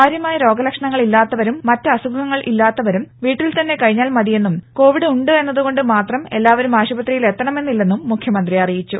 കാര്യമായ രോഗലക്ഷണങ്ങൾ ഇല്ലാത്തവരും മറ്റ് അസുഖങ്ങൾ ഇല്ലാത്തവരും വീട്ടിൽ തന്നെ കഴിഞ്ഞാൽ മതിയെന്നും കോവിഡ് ഉണ്ട് എന്നത് കൊണ്ട് മാത്രം എല്ലാവരും ആശുപത്രിയിൽ എത്തണമെന്നില്ലെന്നും മുഖ്യമന്ത്രി അറിയിച്ചു